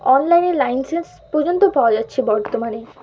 অনলাইনের লাইসেন্স পর্যন্ত পাওয়া যাচ্ছে বর্তমানে